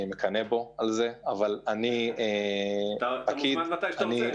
אני מקנא בו על זה --- אתה מוזמן מתי שאתה רוצה.